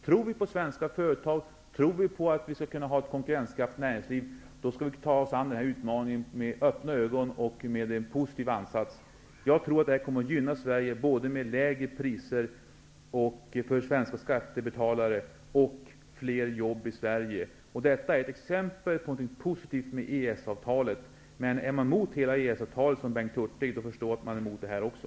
Om vi tror på svenska företag, på att vi skall kunna ha ett konkurrenskraftigt näringsliv, då skall vi ta oss an denna utmaning med öppna ögon och en positiv ansats. Jag tror att detta kommer att gynna Sverige, både i och med lägre priser för svenska skattebetalare och fler jobb i Sverige. Detta är ett exempel på något positivt med EES-avtalet. Men är man emot hela EES-avtalet, som Bengt Hurtig, förstår jag att man är emot detta också.